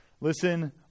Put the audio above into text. listen